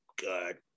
good